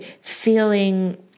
feeling